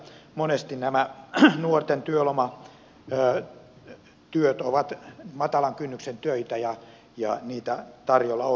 monesti nämä nuorten työlomatyöt ovat matalan kynnyksen töitä ja niitä tarjolla on